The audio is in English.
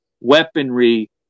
weaponry